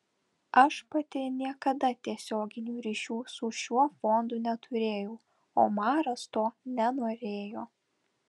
aš pati niekada tiesioginių ryšių su šiuo fondu neturėjau omaras to nenorėjo